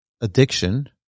addiction